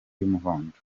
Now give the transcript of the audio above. y’umuhondo